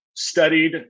studied